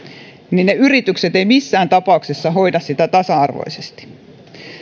ne yritykset eivät missään tapauksessa hoida sitä tasa arvoisesti